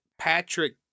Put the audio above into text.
Patrick